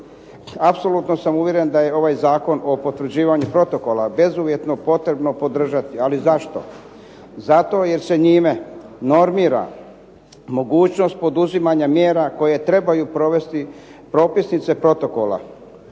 Apsolutno sam uvjeren da je ovaj Zakon o potvrđivanju Protokola bezuvjetno potrebno podržati. Ali zašto? Zato jer se njime normira mogućnost poduzimanja mjera koje trebaju provesti propisnice protokola,